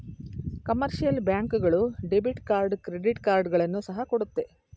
commercial bank ಗಳು debit card credit ಕಾರ್ಡ್ಗಳನ್ನು ಸಹ ಕೊಡುತ್ತೆ